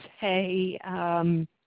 say